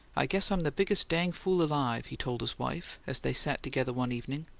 i guess i'm the biggest dang fool alive, he told his wife as they sat together one evening.